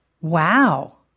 Wow